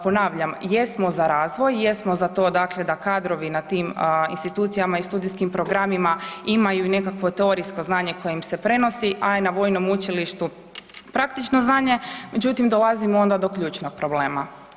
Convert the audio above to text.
Ponavljam, jesmo za razvoj, jesmo za to da kadrovi na tim institucijama i studijskim programima imaju i nekakvo teorijsko znanje koje im se prenosi a i na Vojnom učilištu praktično znanje međutim dolazimo onda do ključnog problema.